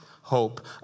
hope